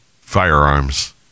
firearms